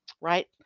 right